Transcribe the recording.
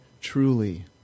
truly